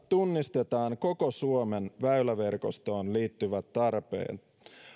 tunnistetaan koko suomen väyläverkostoon liittyvät tarpeet